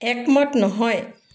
একমত নহয়